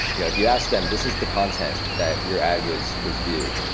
you know if you ask them, this is the content that your ad was was viewed.